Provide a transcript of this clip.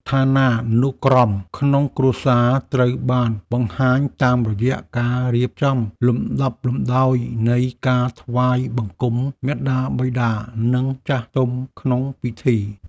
ឋានានុក្រមក្នុងគ្រួសារត្រូវបានបង្ហាញតាមរយៈការរៀបចំលំដាប់លំដោយនៃការថ្វាយបង្គំមាតាបិតា និងចាស់ទុំក្នុងពិធី។